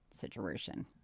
situation